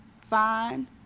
fine